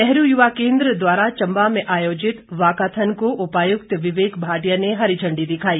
नेहरू युवा केंद्र द्वारा चम्बा में आयोजित वाकाथन को उपायुक्त विवेक भाटिया ने हरी झंडी दिखाई